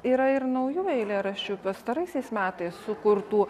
yra ir naujų eilėraščių pastaraisiais metais sukurtų